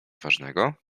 ważnego